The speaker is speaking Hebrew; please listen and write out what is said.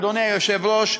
אדוני היושב-ראש,